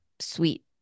sweet